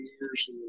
years